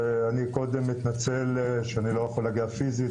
אני קודם מתנצל שאני לא יכול להגיע פיזית,